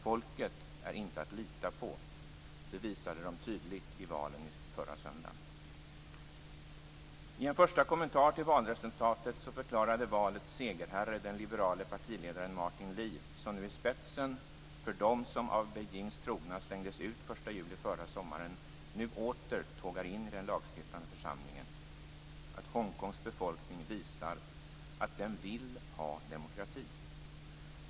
Folket är inte att lita på - det visade det tydligt i valen förra söndagen. I en första kommentar till valresultatet förklarade valets segerherre, den liberale partiledaren Martin Lee som nu i spetsen för dem som av Beijings trogna slängdes ut den 1 juli förra sommaren nu åter tågar in i den lagstiftande församlingen, att Hongkongs befolkning visat att den vill ha demokrati.